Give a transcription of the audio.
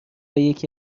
یکی